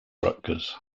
rutgers